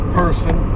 person